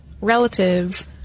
relatives